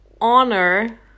honor